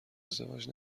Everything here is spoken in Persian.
ازدواج